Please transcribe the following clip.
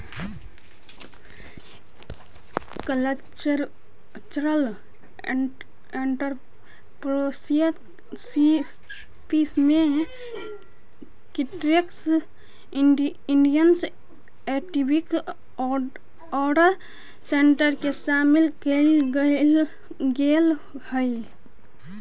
cultural entrepreneurship में creative industry activities औउर sector के शामिल कईल गेलई हई